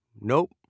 Nope